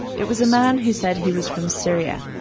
it was a man who said he was from syria,